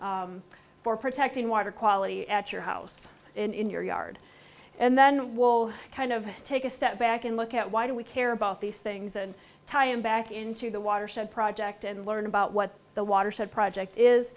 for protecting water quality at your house in your yard and then we'll kind of take a step back and look at why do we care about these things and tie em back into the watershed project and learn about what the watershed project is